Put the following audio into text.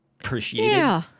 appreciated